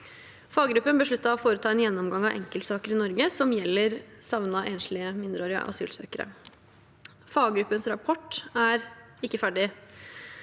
Faggruppen besluttet å foreta en gjennomgang av enkeltsaker i Norge som gjelder savnede enslige mindreårige asylsøkere. Faggruppens rapport er ikke ferdig,